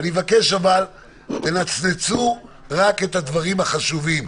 אבל אני מבקש, תנצנצו רק את הדברים החשובים.